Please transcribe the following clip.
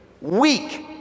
Weak